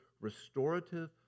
restorative